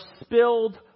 spilled